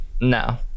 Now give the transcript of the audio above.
No